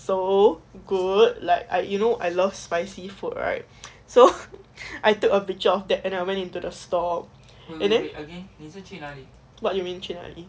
good like I you know I love spicy food right so I took a picture of that and I went into the store and then what you mean 去哪里